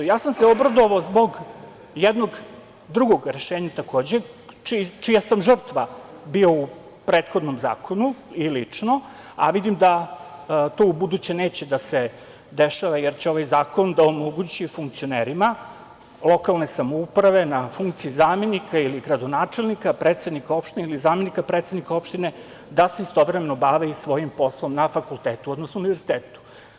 Ja sam se obradovao takođe i zbog jednog drugog rešenja, čija sam žrtva bio u prethodnom zakonu i lično, a vidim da to ubuduće neće da se dešava, jer će ovaj zakon da omogući funkcionerima lokalne samouprave na funkciji zamenika ili gradonačelnika, predsednika opštine ili zamenika predsednika opštine, da se istovremeno bave i svojim poslom na fakultetu odnosno univerzitetu.